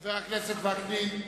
חבר הכנסת וקנין.